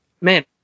Man